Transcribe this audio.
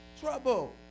trouble